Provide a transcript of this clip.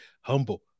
humble